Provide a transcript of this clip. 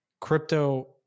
crypto